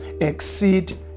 exceed